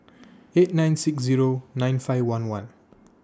eight nine six Zero nine five one one